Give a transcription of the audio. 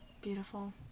Beautiful